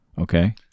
Okay